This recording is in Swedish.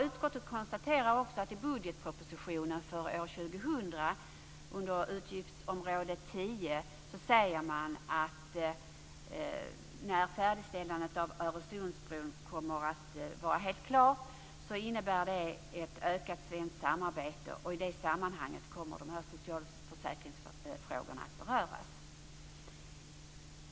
Utskottet konstaterar också att man i budgetpropositionen för 2000 under utgiftsområde 10 säger att när färdigställandet av Öresundsbron kommer att vara helt klart innebär det ett ökat svensk-danskt samarbete. I det sammanhanget kommer dessa socialförsäkringsfrågor att beröras.